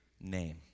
name